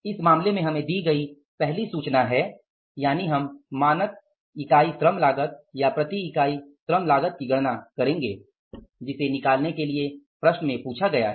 इस मामले में हमें दी गई पहली सूचना है यानि हम मानक इकाई श्रम लागत या प्रति इकाई श्रम लागत की गणना करेंगे होगा जिसे निकालने के लिए प्रश्न में पूछा गया है